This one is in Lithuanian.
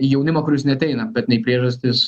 jaunimą kuris neateina bet ne į priežastis